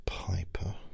Piper